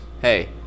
Hey